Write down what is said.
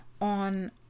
on